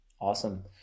Awesome